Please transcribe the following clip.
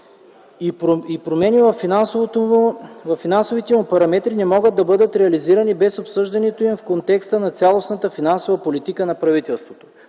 и промени във финансовите му параметри не могат да бъдат реализирани без обсъждането им в контекста на цялостната финансова политика на правителството.